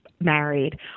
married